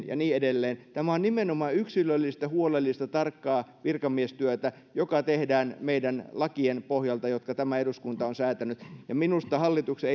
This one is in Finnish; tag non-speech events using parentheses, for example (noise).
(unintelligible) ja niin edelleen tämä on nimenomaan yksilöllistä huolellista tarkkaa virkamiestyötä joka tehdään meidän lakiemme pohjalta jotka tämä eduskunta on säätänyt ja minusta hallituksen (unintelligible)